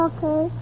Okay